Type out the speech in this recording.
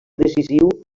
decisiu